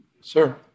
Sir